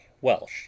Welsh